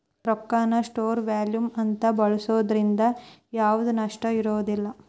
ರೊಕ್ಕಾನ store value ಅಂತ ಬಳ್ಸೋದ್ರಿಂದ ಯಾವ್ದ್ ನಷ್ಟ ಇರೋದಿಲ್ಲ